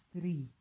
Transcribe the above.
three